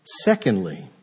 Secondly